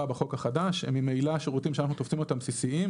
בחוק החדש הם ממילא שירותים שאנחנו תופסים אותם בסיסים.